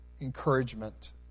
encouragement